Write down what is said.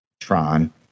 Tron